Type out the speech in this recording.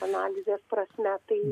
analizės prasme tai